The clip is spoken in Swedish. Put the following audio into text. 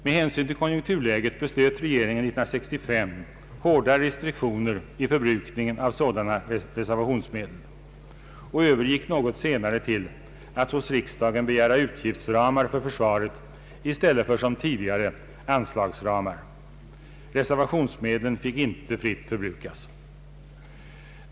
Med hänvisning till konjunkturläget beslöt regeringen 1965 hårda restriktioner för förbrukningen av sådana reservationsmedel och övergick något senare till att hos riksdagen begära utgiftsramar för försvaret i stället för som tidigare anslagsramar. Reservationsmedlen fick inte fritt förbrukas.